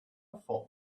thought